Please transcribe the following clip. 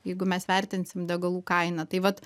jeigu mes vertinsim degalų kainą tai vat